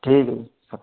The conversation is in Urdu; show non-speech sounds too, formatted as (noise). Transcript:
ٹھیک ہے (unintelligible)